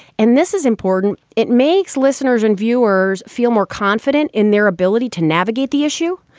and this is important. it makes listeners and viewers feel more confident in their ability to navigate the issue,